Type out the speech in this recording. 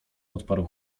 odparł